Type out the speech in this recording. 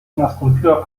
nastąpiła